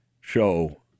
show